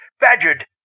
badgered